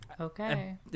Okay